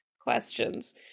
Questions